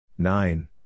Nine